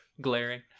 Glaring